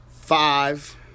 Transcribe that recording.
five